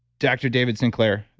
dr. david sinclair,